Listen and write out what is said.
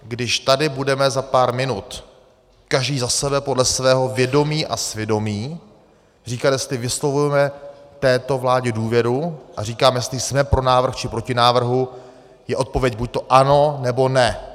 Když tady budeme za pár minut každý za sebe podle svého vědomí a svědomí říkat, jestli vyslovujeme této vládě důvěru a říkáme, jestli jsme pro návrh či proti návrhu, je odpověď buďto ano, nebo ne.